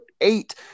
eight